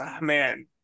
man